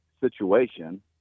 situation